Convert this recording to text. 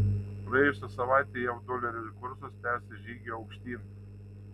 praėjusią savaitę jav dolerio kursas tęsė žygį aukštyn